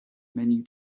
menu